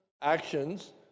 actions